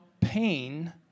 pain